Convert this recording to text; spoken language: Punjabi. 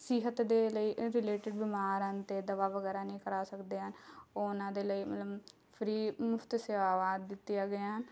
ਸਿਹਤ ਦੇ ਲਈ ਇਹ ਰੀਲੇਟਿਡ ਬੀਮਾਰ ਹਨ ਅਤੇ ਦਵਾ ਵਗੈਰਾ ਨਹੀਂ ਖਵਾ ਸਕਦੇ ਹਨ ਉਹ ਉਹਨਾਂ ਦੇ ਲਈ ਮਤਲਬ ਫ਼ਰੀ ਮੁਫ਼ਤ ਸੇਵਾਵਾਂ ਦਿੱਤੀਆਂ ਗਈਆ ਹਨ